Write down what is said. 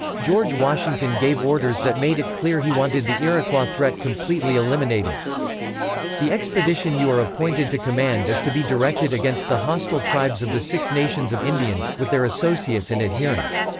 george washington gave orders that made it clear he wanted the iroquois threat completely eliminated the expedition you are appointed to command is to be directed against the hostile tribes of the six nations of indians, with their associates and adherents.